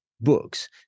books